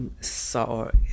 sorry